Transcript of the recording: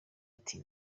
ati